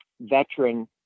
veteran